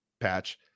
patch